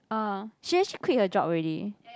ah she actually quit her job already